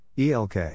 ELK